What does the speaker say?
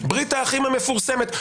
ברית האחים המפורסמת,